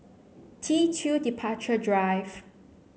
T Two Departure Drive